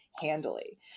handily